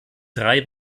drei